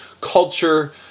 culture